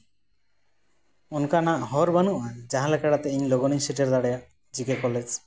ᱚᱱᱠᱟᱱᱟᱜ ᱦᱚᱨ ᱵᱟᱹᱱᱩᱜᱼᱟ ᱡᱟᱦᱟᱸ ᱞᱮᱠᱟ ᱠᱟᱛᱮ ᱤᱧ ᱞᱚᱜᱚᱱᱤᱧ ᱥᱮᱴᱮᱨ ᱫᱟᱲᱮᱭᱟᱜ ᱡᱮ ᱠᱮ ᱠᱚᱞᱮᱡᱽ